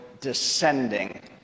descending